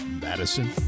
Madison